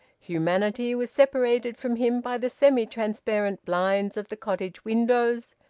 humanity was separated from him by the semi-transparent blinds of the cottage windows,